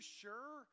sure